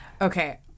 Okay